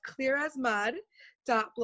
clearasmud.blog